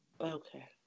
Okay